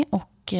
och